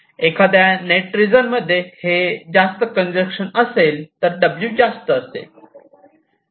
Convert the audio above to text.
एखाद्या net region मध्ये हे जास्त कंजेशन असेल तर W जास्त असेल